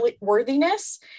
worthiness